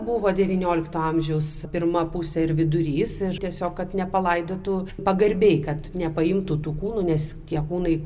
buvo devyniolikto amžiaus pirma pusė ir vidurys tiesiog kad nepalaidotų pagarbiai kad nepaimtų tų kūnų nes tie kūnai